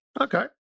Okay